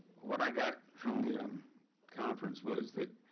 what i got from the um conference was that